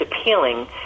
appealing